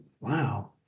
wow